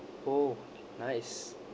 oh nice